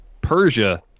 Persia